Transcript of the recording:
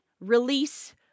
RELEASE